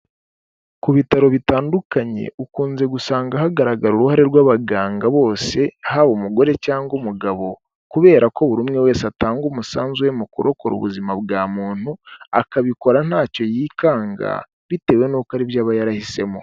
Ku bitaro bitandukanye ukunze gusanga hagaragara uruhare rw'abaganga bose haba umugore cyangwa umugabo, kubera ko buri umwe wese atanga umusanzu we mu kurokora ubuzima bwa muntu, akabikora ntacyo yikanga bitewe n'uko ari byo aba yarahisemo.